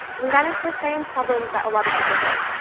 we ran into the same problems that a lot of people did.